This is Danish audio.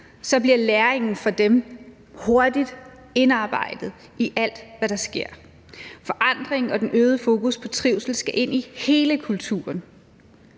bliver læringen fra dem hurtigt indarbejdet i alt, hvad der sker. Forandring og den øgede fokus på trivsel skal ind i hele kulturen.